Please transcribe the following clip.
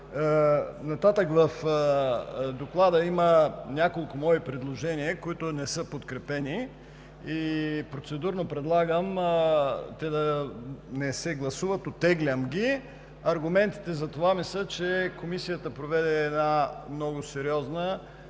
Нататък в Доклада има няколко мои предложения, които не са подкрепени. Процедурно предлагам те да не се гласуват – оттеглям ги. Аргументите ми за това са, че Комисията проведе много сериозна,